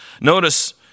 Notice